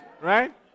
right